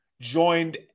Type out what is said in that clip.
joined